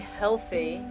healthy